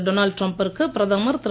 Donald டிரம்பிற்கு பிரதமர் திரு